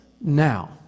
now